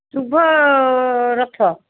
ଶୁଭ ରଥ